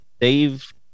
Dave